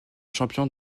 champion